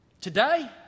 Today